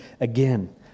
again